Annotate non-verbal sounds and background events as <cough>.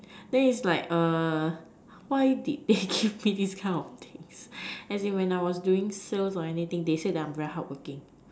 then is like why did <noise> they give me this kind of things as in when I was doing sales or anything they say I'm very hardworking